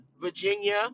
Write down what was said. Virginia